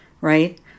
right